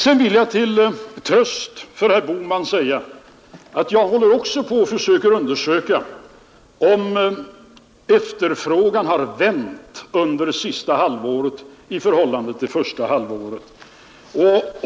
Sedan vill jag till tröst för herr Bohman säga att jag också håller på att försöka undersöka, om efterfrågan har vänt under det sista halvåret i år i förhållande till det första.